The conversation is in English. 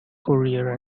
courier